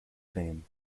fame